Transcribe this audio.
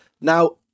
Now